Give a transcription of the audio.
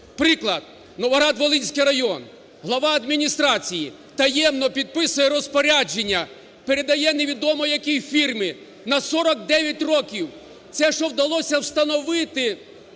Приклад, Новоград-Волинський район. Глава адміністрації таємно підписує розпорядження, передає не відомо якій фірмі на 49 років! Це, що вдалося встановити.